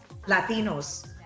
Latinos